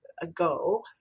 ago